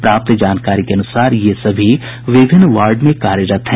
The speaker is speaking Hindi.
प्राप्त जानकारी के अनुसार ये सभी विभिन्न वार्ड में कार्यरत हैं